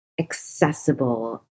accessible